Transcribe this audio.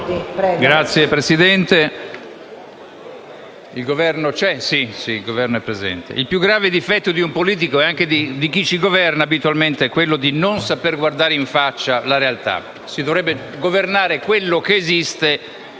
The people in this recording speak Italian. il più grave difetto di un politico e anche di chi ci governa abitualmente è quello di non sapere guardare in faccia la realtà: si dovrebbe governare quello che esiste